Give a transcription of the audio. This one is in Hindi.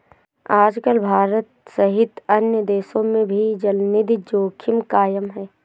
आजकल भारत सहित अन्य देशों में भी चलनिधि जोखिम कायम है